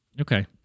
Okay